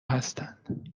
هستند